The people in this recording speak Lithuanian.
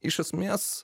iš esmės